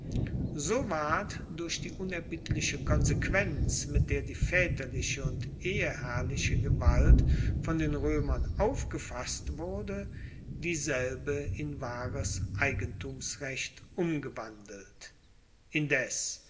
so ward durch die unerbittliche konsequenz mit der die vaeterliche und eheherrliche gewalt von den roemern aufgefasst wurde dieselbe in wahres eigentumsrecht umgewandelt indes